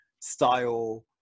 style